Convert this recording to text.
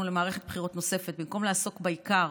למערכת בחירות נוספת במקום לעסוק בעיקר,